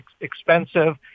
expensive